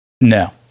no